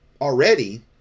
already